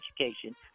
education